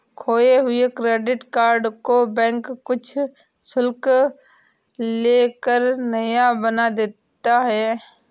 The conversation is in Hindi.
खोये हुए क्रेडिट कार्ड को बैंक कुछ शुल्क ले कर नया बना देता है